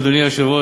אדוני היושב-ראש,